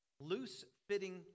loose-fitting